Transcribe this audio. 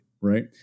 right